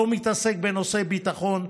לא מתעסק בנושאי ביטחון,